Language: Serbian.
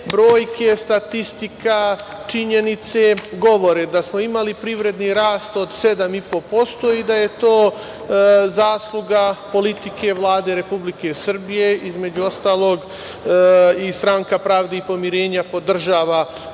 brojke, statistika, činjenice govore da smo imali privredni rast od 7,5% i da je to zasluga politike Vlade Republike Srbije, između ostalog i SPP podržava